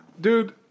Dude